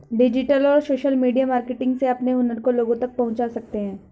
digital और social media marketing से अपने हुनर को लोगो तक पहुंचा सकते है